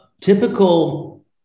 Typical